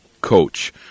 coach